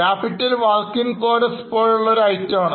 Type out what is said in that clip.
capital work in progressപോലുള്ള ഒരു item ആണ്